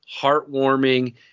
heartwarming